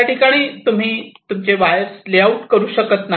त्याठिकाणी तुम्ही wires layout करू शकत नाही